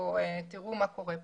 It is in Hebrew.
תראו מה קורה פה.